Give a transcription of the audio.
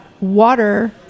water